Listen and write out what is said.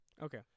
Okay